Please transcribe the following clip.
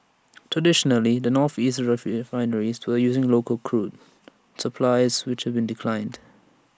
traditionally the northeastern refineries to using local crude supplies which been declined